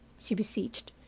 she beseeched,